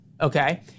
Okay